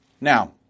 Now